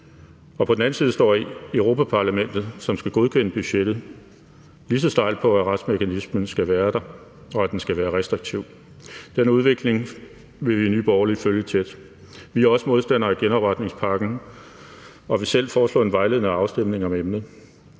op. På den anden side står Europa-Parlamentet, som skal godkende budgettet, lige så stejlt på, at retsmekanismen skal være der, og at den skal være restriktiv. Den udvikling vil Nye Borgerlige følge tæt. Vi er også modstandere af genopretningspakken og vil selv foreslå en vejledende afstemning om emnet.